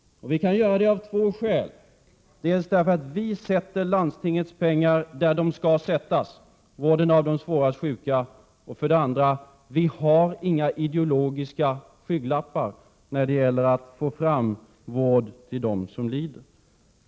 Vi kan göra det av två skäl: dels därför att vi sätter landstingets pengar där de skall sättas, på vården av de svårast sjuka, dels därför att vi inte har några ideologiska skygglappar när det gäller att få fram vård till dem som lider.